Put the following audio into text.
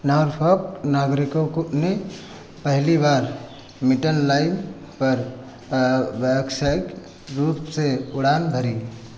Norfolk नागरिकों को ने पहली बार मिटन लाइन पर व्यावसायिक रूप से उड़ान भरी